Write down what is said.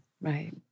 Right